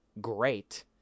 great